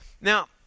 Now